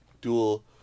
dual